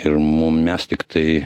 ir mum mes tiktai